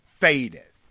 fadeth